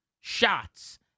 shots